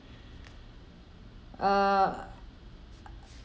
uh